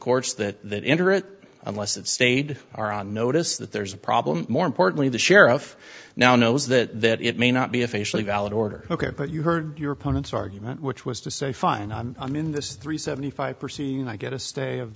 courts that interest unless it stayed are on notice that there's a problem more importantly the sheriff now knows that that it may not be officially valid order ok but you heard your opponent's argument which was to say fine i'm in this three seventy five percent and i get a stay of